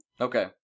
Okay